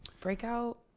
breakout